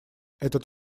этот